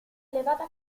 elevata